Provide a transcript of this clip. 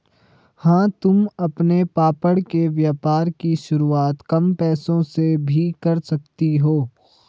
हाँ तुम अपने पापड़ के व्यापार की शुरुआत कम पैसों से भी कर सकती हो